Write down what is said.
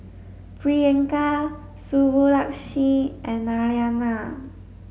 Priyanka Subbulakshmi and Naraina